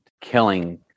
killing